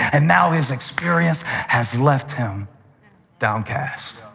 and now his experience has left him downcast.